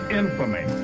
infamy